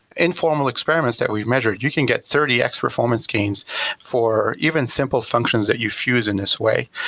informal experiments that we've measured, you can get thirty x performance gains for even simple functions that you fuse in this way.